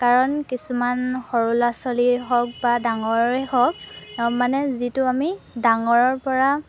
কাৰণ কিছুমান সৰু ল'ৰা ছোৱালীয়ে হওক বা ডাঙৰে হওক মানে যিটো আমি ডাঙৰৰ পৰা